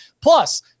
Plus